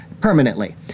permanently